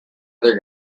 other